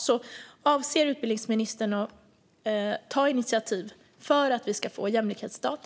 Avser utbildningsministern att ta initiativ för att vi ska få jämlikhetsdata?